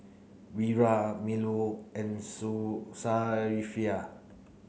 Wira Melur and Su Safiya